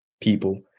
people